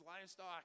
livestock